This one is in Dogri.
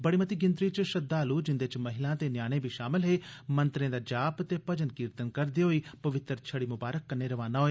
बड़ी मती गिनतरी च श्रद्वाल् जिन्दे च महिलां ते न्यानें बी शामल हे मंतरें दा उच्चारण ते भजन कीर्तन करदे होई पवित्र छड़ी मुंबारक कन्ने रवाना होए